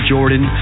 Jordan